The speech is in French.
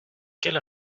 quelle